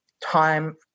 time